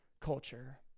culture